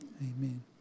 Amen